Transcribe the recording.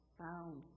found